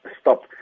stop